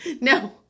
No